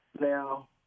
Now